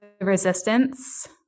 resistance